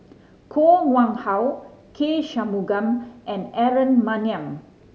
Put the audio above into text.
Koh Nguang How K Shanmugam and Aaron Maniam